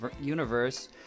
universe